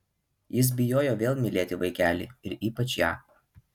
jis bijojo vėl mylėti vaikelį ir ypač ją